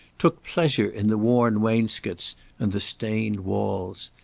took pleasure in the worn wainscots and the stained walls.